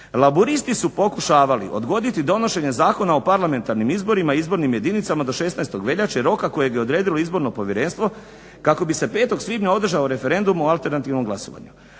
laburisti su pokušavali odgoditi donošenje Zakona o parlamentarnim izborima i izbornim jedinicama do 16. veljače, roka kojeg je odredilo izborno povjerenstvo kako bi se 5. svibnja održao referendum o alternativnom glasovanju.